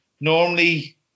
Normally